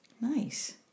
nice